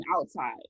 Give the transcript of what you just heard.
outside